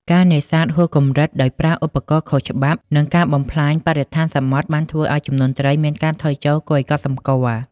ការនេសាទហួសកម្រិតដោយប្រើឧបករណ៍ខុសច្បាប់ និងការបំផ្លាញបរិស្ថានសមុទ្របានធ្វើឱ្យចំនួនត្រីមានការថយចុះគួរឱ្យកត់សម្គាល់។